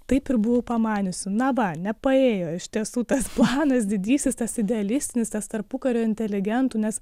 taip ir buvau pamaniusi na va nepaėjo iš tiesų tas planas didysis tas idealistinis tas tarpukario inteligentų nes